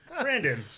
Brandon